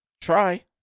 try